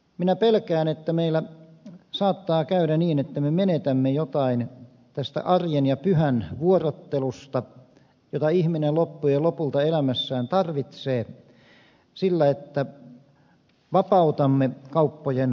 minä pelkään että meillä saattaa käydä niin että me menetämme jotain tästä arjen ja pyhän vuorottelusta jota ihminen loppujen lopulta elämässään tarvitsee sillä että vapautamme kauppojen aukioloa